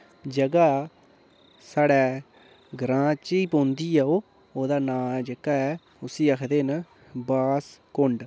जगहा साढ़ै ग्रां च ही पौंदी ऐ ओ ओह्दा नांऽ जेह्का ऐ उस्सी आक्खदे न वासकुंड